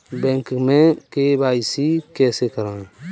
Bank में KYC कैसे करायें?